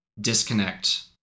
disconnect